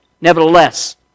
Nevertheless